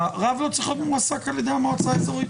הרב לא צריך להיות מועסק על ידי המועצה האזורית.